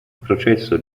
processo